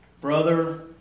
Brother